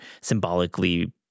symbolically